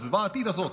הזוועתית הזאת,